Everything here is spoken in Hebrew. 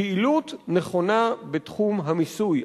פעילות נכונה בתחום המיסוי.